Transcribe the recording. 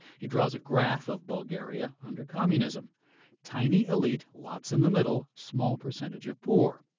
he draws a graph of bulgaria under communism tiny elite, lots in the middle, small percentage of poor.